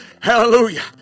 Hallelujah